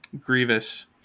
Grievous